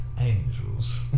angels